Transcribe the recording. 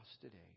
today